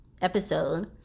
episode